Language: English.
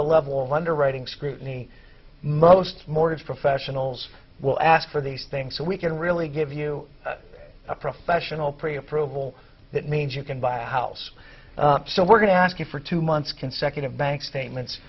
the level underwriting scrutiny most mortgage professionals will ask for these things so we can really give you a professional pre approval that means you can buy a house so we're going to ask you for two months consecutive bank statements